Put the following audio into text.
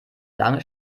lange